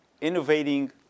innovating